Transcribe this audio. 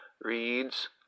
reads